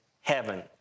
heaven